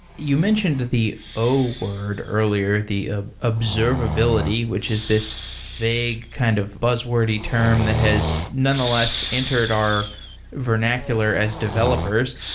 you mentioned the o world earlier, the ah observability, which is this vague kind of buzz-wordy term that has nonetheless entered our vernacular as developers.